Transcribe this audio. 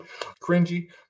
Cringy